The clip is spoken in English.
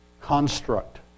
construct